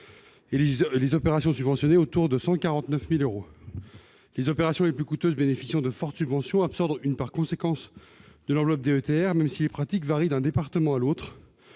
des opérations subventionnées à hauteur en moyenne de 149 000 euros. Les opérations les plus coûteuses, bénéficiant de fortes subventions, absorbent une part importante de l'enveloppe de la DETR, même si les pratiques varient d'un département à l'autre.